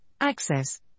access